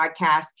podcast